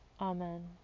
Amen